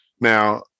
Now